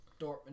Dortmund